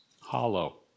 hollow